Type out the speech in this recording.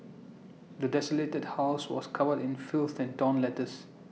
the desolated house was covered in filth and torn letters